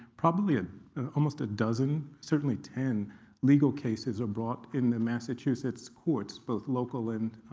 probably ah almost a dozen certainly ten legal cases are brought in the massachusetts courts, both local and